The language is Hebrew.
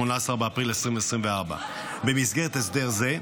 18 באפריל 2024. במסגרת הסדר זה,